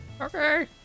Okay